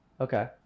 Okay